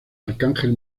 arcángel